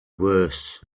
worse